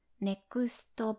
Next